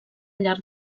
llarg